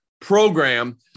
program